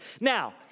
Now